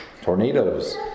tornadoes